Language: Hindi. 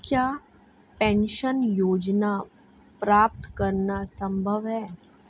क्या पेंशन योजना प्राप्त करना संभव है?